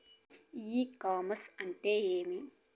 ఇ commerce అంటే ఏమి?